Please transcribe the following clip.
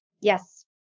Yes